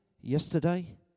yesterday